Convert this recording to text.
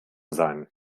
sein